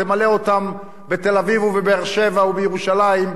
תמלא אותם בתל-אביב ובבאר-שבע ובירושלים,